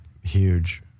huge